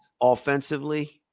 Offensively